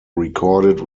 recorded